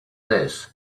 this